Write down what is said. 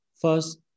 first